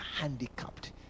handicapped